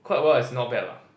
quite well as not bad lah